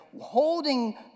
holding